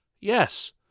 Yes